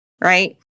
right